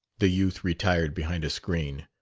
the youth retired behind a screen.